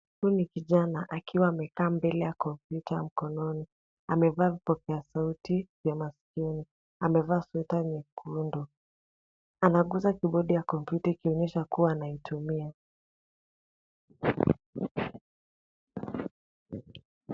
Huu ni kijana akiwa amekaa mbele ya kompyuta mkononi. Amevaa vipokeasauti vya maskioni. Amevaa sweta nyekundu. Anaguza kibodi ya kompyuta ikionyesha kuwa anaitumia.